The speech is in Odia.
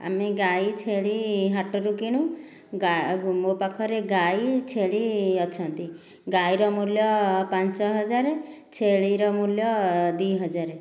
ଆମେ ଗାଈ ଛେଳି ହାଟରୁ କିଣୁ ମୋ ପାଖରେ ଗାଈ ଛେଳି ଅଛନ୍ତି ଗାଈର ମୂଲ୍ୟ ପାଞ୍ଚ ହଜାର ଛେଳିର ମୂଲ୍ୟ ଦୁଇ ହଜାର